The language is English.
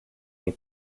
you